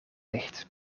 ligt